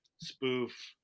spoof